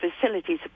facilities